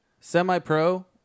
Semi-pro